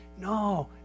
No